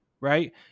Right